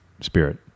spirit